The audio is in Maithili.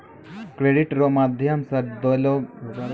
क्रेडिट रो माध्यम से देलोगेलो संसाधन वित्तीय रूप मे हुवै छै